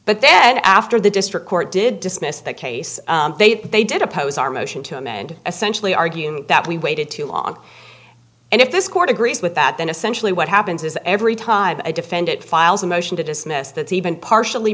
but then after the district court did dismiss that case they did oppose our motion to him and essentially argue that we waited too long and if this guy it agrees with that then essentially what happens is every time a defendant files a motion to dismiss that even partially